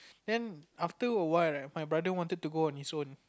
then after a while my brother wanted to go on his own